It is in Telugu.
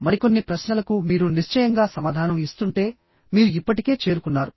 మరికొన్ని ప్రశ్నలకు మీరు నిశ్చయంగా సమాధానం ఇస్తుంటే మీరు ఇప్పటికే చేరుకున్నారు